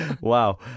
Wow